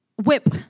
whip